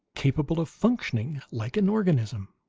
capable of functioning like an organism?